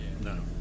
No